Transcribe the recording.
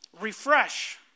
refresh